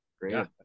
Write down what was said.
great